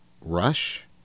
rush